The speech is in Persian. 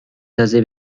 ندازه